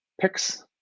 picks